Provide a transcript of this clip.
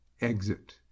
exit